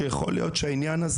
משמעותית.